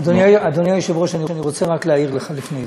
אדוני היושב-ראש, אני רוצה רק להעיר לך לפני זה,